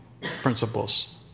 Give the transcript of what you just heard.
principles